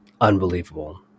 unbelievable